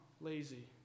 lazy